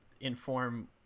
inform